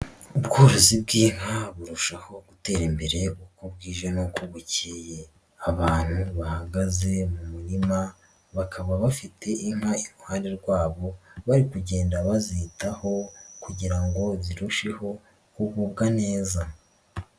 Ubworozi bw'inka burushaho gutera imbere uko bwije n'uko bukeye, abantu bahagaze mu murima bakaba bafite inka iruhande rwabo bari kugenda bazitaho kugira ngo zirusheho kugubwa neza.